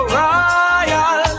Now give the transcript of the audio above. royal